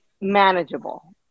manageable